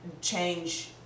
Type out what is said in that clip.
change